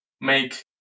make